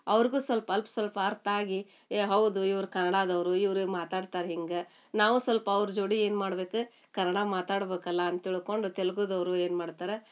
ಅವ್ರಿಗೂ ಸ್ವಲ್ಪ ಅಲ್ಪ ಸ್ವಲ್ಪ ಅರ್ಥವಾಗಿ ಏಯ್ ಹೌದು ಇವ್ರು ಕನ್ನಡದವ್ರು ಇವರು ಮಾತಾಡ್ತಾರೆ ಹಿಂಗೆ ನಾವೂ ಸ್ವಲ್ಪ ಅವ್ರ ಜೋಡಿ ಏನು ಮಾಡಬೇಕು ಕನ್ನಡ ಮಾತಾಡ್ಬೇಕಲ್ಲ ಅಂತ ತಿಳ್ಕೊಂಡು ತೆಲುಗುದವ್ರು ಏನು ಮಾಡ್ತಾರೆ